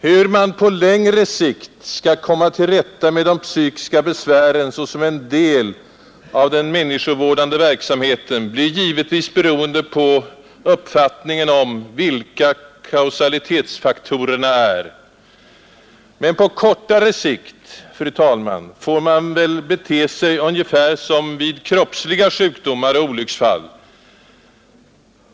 Hur man på längre sikt skall komma till rätta med de psykiska besvären såsom en del av den människovårdande verksamheten blir givetvis beroende på uppfattningen om vilka kausalitetsfaktorerna verkligen är. Men på kortare sikt, fru talman, får man väl bete sig ungefär som vid kroppsliga sjukdomar och olycksfall.